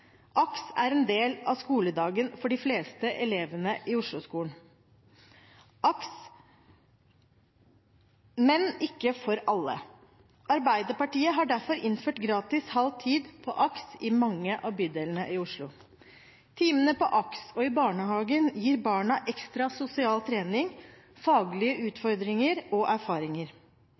AKS er en del av skoledagen for de fleste elevene i Osloskolen, men ikke for alle. Arbeiderpartiet har derfor innført gratis halv tid på AKS i mange av bydelene i Oslo. Timene på AKS og i barnehagen gir barna ekstra sosial trening, faglige utfordringer og erfaringer.